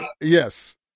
Yes